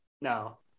no